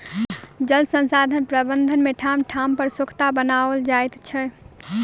जल संसाधन प्रबंधन मे ठाम ठाम पर सोंखता बनाओल जाइत छै